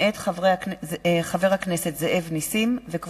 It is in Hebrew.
מאת חברי הכנסת ישראל חסון, משה